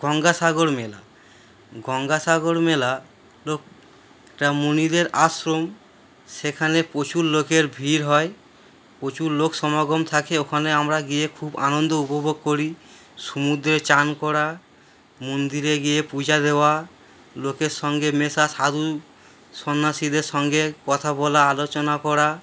গঙ্গাসাগর মেলা গঙ্গাসাগর মেলা লোক ওটা মুনিদের আশ্রম সেখানে প্রচুর লোকের ভিড় হয় প্রচুর লোক সমাগম থাকে ওখানে আমরা গিয়ে খুব আনন্দ উপভোগ করি সুমুদ্রে চান করা মন্দিরে গিয়ে পূজা দেওয়া লোকের সঙ্গে মেশা সাধু সন্ন্যাসীদের সঙ্গে কথা বলা আলোচনা করা